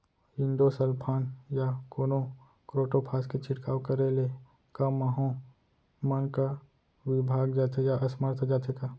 Endosulfan या monocrotophos के छिड़काव करे ले क माहो मन का विभाग जाथे या असमर्थ जाथे का?